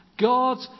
God